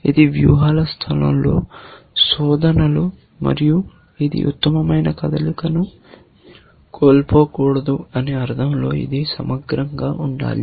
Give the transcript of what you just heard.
ఇది వ్యూహాల స్థలంలో శోధనలు మరియు ఇది ఉత్తమమైన కదలికను కోల్పోకూడదు అనే అర్థంలో ఇది సమగ్రంగా ఉండాలి